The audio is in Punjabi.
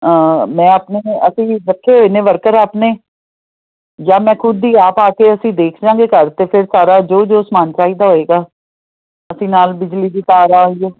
ਮੈਂ ਆਪਣੇ ਅਸੀਂ ਰੱਖੇ ਇੰਨੇ ਵਰਕਰ ਆਪਣੇ ਜਾਂ ਮੈਂ ਖੁਦ ਦੀ ਆਪ ਆ ਕੇ ਅਸੀਂ ਦੇਖ ਲਾਂਗੇ ਘਰ ਅਤੇ ਫਿਰ ਸਾਰਾ ਜੋ ਜੋ ਸਮਾਨ ਚਾਹੀਦਾ ਹੋਏਗਾ ਅਸੀਂ ਨਾਲ ਬਿਜਲੀ ਦੀ ਤਾਰਾਂ ਹੋਗੀਆ